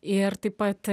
ir taip pat